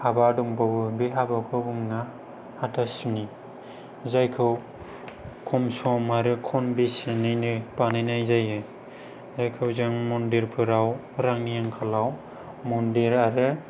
हाबा दंबावो बे हाबाखौ बुङो हाथासुनि जायखौ खम सम आरो खम बेसेनैनो बानायनाय जायो बिखौ जों मन्दिरफोराव रांनि आंखालाव मन्दिराव